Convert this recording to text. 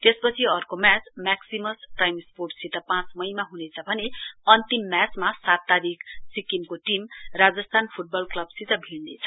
त्यसपछ अर्को match Maximus Prime स्पोर्टससित पाँच मईमा हुनेछ भने अन्तिम म्याचमा सात तारीक सिक्किमको टीम राजस्थान फुटबल क्लबसित भिइनेछ